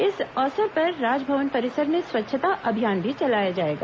इस अवसर पर राजभवन परिसर में स्वच्छता अभियान भी चलाया जाएगा